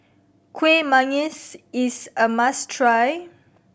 Kueh Manggis is a must try